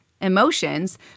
emotions